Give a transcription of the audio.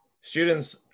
students